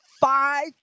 Five